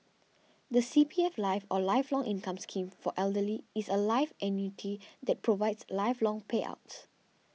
the C P F life or Lifelong Income Scheme for the elderly is a life annuity that provides lifelong payouts